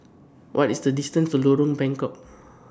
What IS The distance to Lorong Bengkok